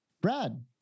Brad